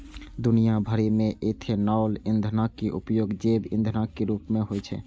दुनिया भरि मे इथेनॉल ईंधनक उपयोग जैव ईंधनक रूप मे होइ छै